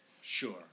Sure